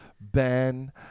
Ben